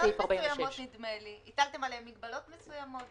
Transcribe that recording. סעיף 46. נדמה לי שהטלתם עליהם מגבלות מסוימות.